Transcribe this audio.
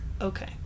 Okay